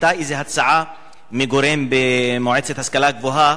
היתה איזו הצעה מגורם במועצה להשכלה גבוהה